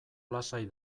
lasai